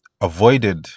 avoided